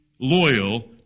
loyal